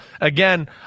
Again